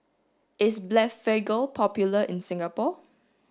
is Blephagel popular in Singapore